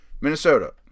Minnesota